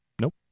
Nope